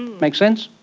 makes sense?